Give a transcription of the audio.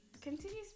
Continue